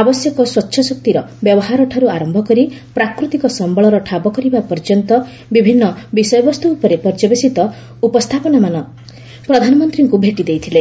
ଆବଶ୍ୟକ ସ୍ୱଚ୍ଚ ଶକ୍ତିର ବ୍ୟବହାରଠାରୁ ଆରମ୍ଭ କରି ପ୍ରାକୃତିକ ସମ୍ଭଳର ଠାବ କରିବା ପର୍ଯ୍ୟନ୍ତ ବିଭିନ୍ନ ବିଷୟବସ୍ତୁ ଉପରେ ପର୍ଯ୍ୟବସିତ ଉପସ୍ଥାପନାମାନ ପ୍ରଧାନମନ୍ତ୍ରୀଙ୍କୁ ଭେଟି ଦେଇଥିଲେ